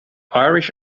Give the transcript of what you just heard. irish